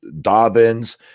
Dobbins